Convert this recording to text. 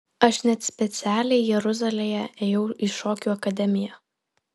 aš net specialiai jeruzalėje ėjau į šokių akademiją